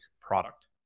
product